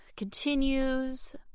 Continues